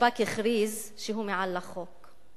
השב"כ הכריז שהוא מעל לחוק,